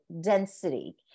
density